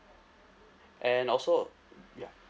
and also mm yeah